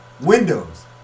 windows